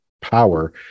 power